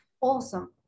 Awesome